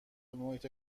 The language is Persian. محیط